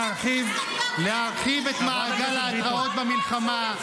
להרחיב את מעגל ההתראות במלחמה.